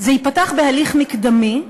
זה ייפתח בהליך מקדמי,